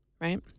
right